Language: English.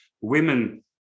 women